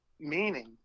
meaning